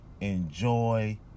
enjoy